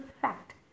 fact